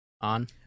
on